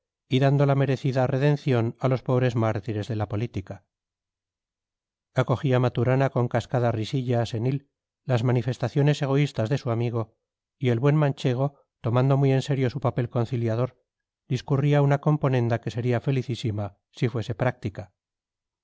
dando la merecida redención a los pobres mártires de la política acogía maturana con cascada risilla senil las manifestaciones egoístas de su amigo y el buen manchego tomando muy en serio su papel conciliador discurría una componenda que sería felicísima si fuese práctica